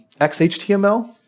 xhtml